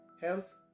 health